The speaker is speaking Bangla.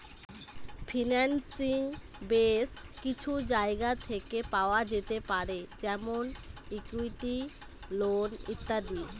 ফিন্যান্সিং বেস কিছু জায়গা থেকে পাওয়া যেতে পারে যেমন ইকুইটি, লোন ইত্যাদি